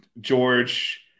George